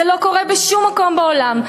זה לא קורה בשום מקום בעולם.